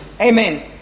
amen